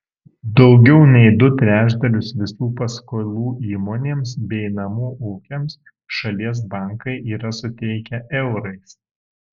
daugiau nei du trečdalius visų paskolų įmonėms bei namų ūkiams šalies bankai yra suteikę eurais